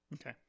Okay